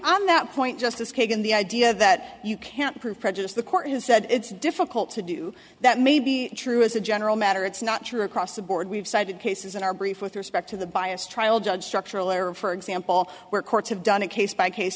on that point justice kagan the idea that you can't prove prejudice the court has said it's difficult to do that may be true as a general matter it's not true across the board we've cited cases in our brief with respect to the biased trial judge structural error for example where courts have done a case by case